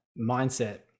mindset